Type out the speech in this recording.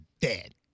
dead